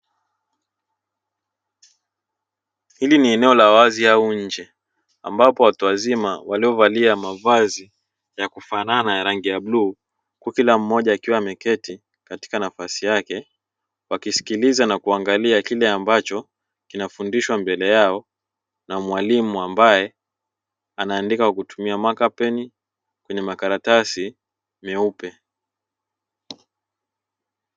Hili ni eneo la wazi au nje ambapo watu wazima waliovalia mavazi ya kufanana ya rangi ya bluu huku kila mmoja akiwa ameketi katika nafasi yake wakisikiliza na kuangalia kile ambacho kinafundishwa mbele yao na mwalimu ambaye anaandika kwa kutumia makapeni kwenye makaratasi meupe.